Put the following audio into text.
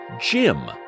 Jim